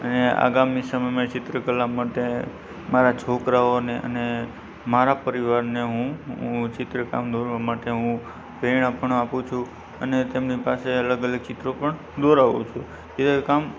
અને અગામી સમયમાં ચિત્રકલા માટે મારાં છોકરાઓને અને મારા પરિવારને હું હું ચિત્રકામ દોરવાં માટે હું પ્રેરણા પણ આપું છું અને તેમની પાસે અલગ અલગ ચિત્રો પણ દોરાવું છું એ કામ